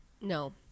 No